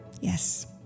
Yes